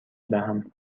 دهم